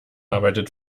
arbeitet